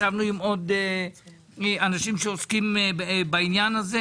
ישבנו עם עוד אנשים שעוסקים בעניין הזה,